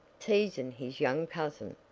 teasing his young cousin.